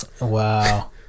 wow